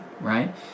right